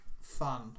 fun